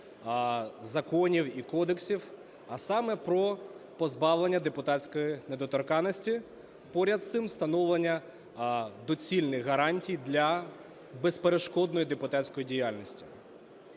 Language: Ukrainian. законів і кодексів, а саме про позбавлення депутатської недоторканності, поряд з цим, встановлення доцільних гарантій для безперешкодної депутатської діяльності.